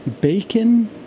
bacon